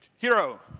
hero,